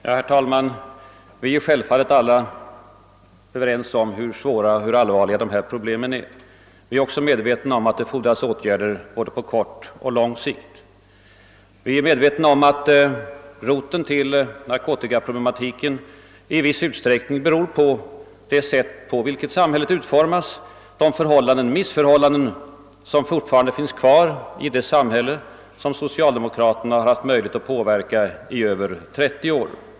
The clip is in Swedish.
Herr talman! Vi är alla överens om hur svåra och allvarliga dessa problem är. Vi är också medvetna om att det fordras åtgärder på både kort och lång sikt. Vi vet att roten till narkotikaproblematiken i viss utsträckning är att söka i samhällets utformning, i de förhållanden eller rättare sagt missförhållanden som fortfarande finns kvar i det samhälle som socialdemokraterna haft möjlighet att påverka i över 30 år.